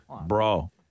bro